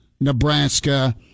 Nebraska